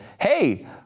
hey